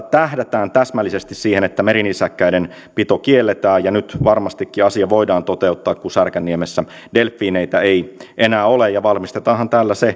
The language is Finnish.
tähdätään täsmällisesti siihen että merinisäkkäiden pito kielletään ja nyt varmastikin asia voidaan toteuttaa kun särkänniemessä delfiineitä ei enää ole ja varmistetaanhan tällä